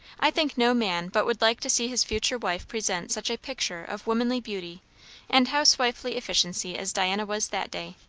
i think no man but would like to see his future wife present such a picture of womanly beauty and housewifely efficiency as diana was that day.